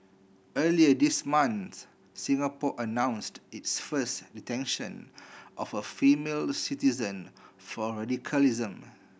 earlier this month Singapore announced its first detention of a female citizen for radicalism